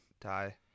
die